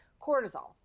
cortisol